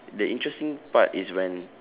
the interesting part is when